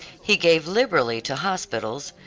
he gave liberally to hospitals,